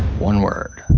one word.